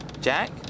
Jack